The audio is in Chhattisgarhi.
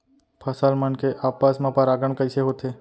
फसल मन के आपस मा परागण कइसे होथे?